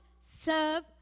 serve